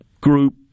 group